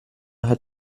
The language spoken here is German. hat